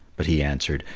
but he answered,